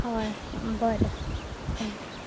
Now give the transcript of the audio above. हय बरें थॅक्यू